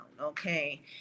okay